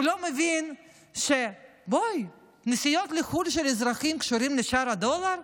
הוא לא מבין שנסיעות של אזרחים לחו"ל קשורות לשער הדולר?